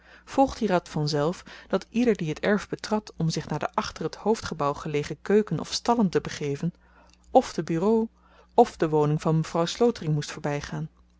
volgt hieruit vanzelf dat ieder die het erf betrad om zich naar de achter het hoofdgebouw gelegen keuken of stallen te begeven f de bureaux f de woning van mevrouw slotering moest voorbygaan